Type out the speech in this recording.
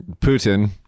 Putin